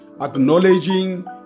acknowledging